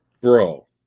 Bro